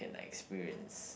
can like experience